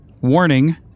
Warning